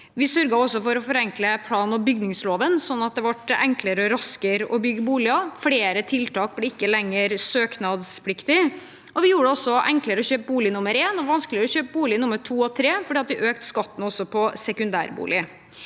Vi sørget også for å forenkle plan- og bygningsloven sånn at det ble enklere og raskere å bygge boliger. Flere tiltak ble ikke lenger søknadspliktige, og vi gjorde det enklere å kjøpe bolig nummer én og vanskeligere å kjøpe bolig nummer to og tre, fordi vi økte skatten på sekundærbolig.